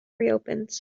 reopens